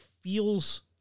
feels